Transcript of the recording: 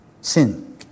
Sin